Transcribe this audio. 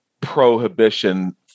prohibition